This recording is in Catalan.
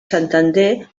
santander